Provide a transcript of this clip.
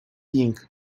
pink